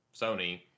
Sony